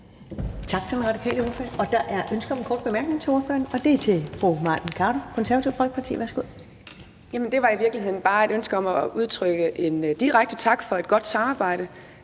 Tak til den radikale ordfører. Der er ønske om en kort bemærkning til ordføreren, og det er fra fru Mai Mercado, Det Konservative Folkeparti. Værsgo. Kl. 10:50 Mai Mercado (KF): Det var i virkeligheden bare et ønske om at udtrykke en direkte tak for et godt samarbejde.